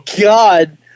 god